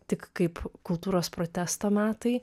tik kaip kultūros protesto metai